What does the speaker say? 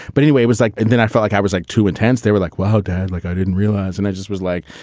but anyway, it was like then i feel like i was like too intense. they were like, wow, dad. like, i didn't realize. and i just was like,